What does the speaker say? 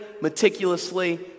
meticulously